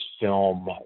film